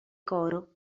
coro